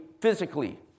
physically